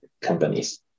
companies